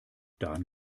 daran